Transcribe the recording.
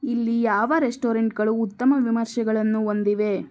ಇಲ್ಲಿ ಯಾವ ರೆಸ್ಟೋರೆಂಟ್ಗಳು ಉತ್ತಮ ವಿಮರ್ಶೆಗಳನ್ನು ಹೊಂದಿವೆ